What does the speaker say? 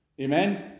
Amen